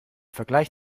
vergleich